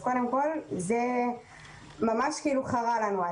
זה ממש חרה לנו.